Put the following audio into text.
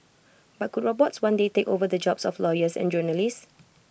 but could robots one day take over the jobs of lawyers and journalists